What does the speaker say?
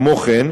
כמו כן,